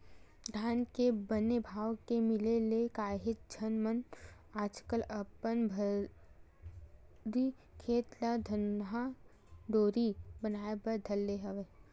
धान के बने भाव के मिले ले काहेच झन मन आजकल अपन भर्री खेत ल धनहा डोली बनाए बर धरे हवय